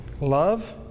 Love